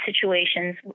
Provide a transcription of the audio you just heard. situations